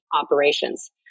operations